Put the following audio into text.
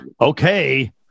okay